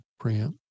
preamp